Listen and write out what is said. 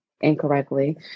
incorrectly